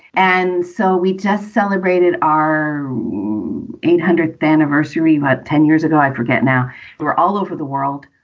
and so we just celebrated our eight hundred anniversary was ten years ago. i forget now we're all over the world.